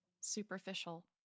superficial